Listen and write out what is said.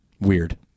Weird